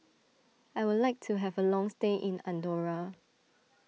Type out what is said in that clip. I would like to have a long stay in Andorra